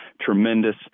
tremendous